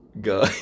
Go